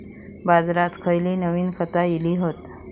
बाजारात खयली नवीन खता इली हत?